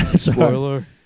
Spoiler